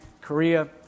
Korea